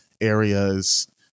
areas